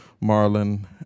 Marlin